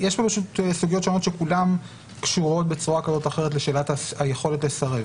יש פה סוגיות שונות שכולן קשורות בצורה כזו או אחרת לשאלת היכולת לסרב.